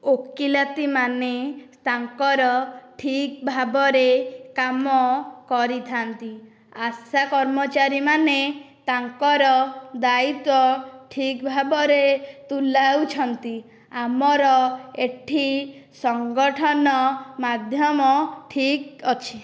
ଓକିଲାତି ମାନେ ତାଙ୍କର ଠିକ ଭାବରେ କାମ କରିଥାଆନ୍ତି ଆଶା କର୍ମଚାରୀ ମାନେ ତାଙ୍କର ଦାୟିତ୍ୱ ଠିକ ଭାବରେ ତୁଲାଉଛନ୍ତି ଆମର ଏଠି ସଙ୍ଗଠନ ମାଧ୍ୟମ ଠିକ ଅଛି